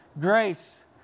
grace